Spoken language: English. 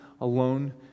alone